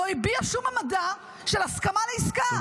לא הביע שום עמדה של הסכמה לעסקה.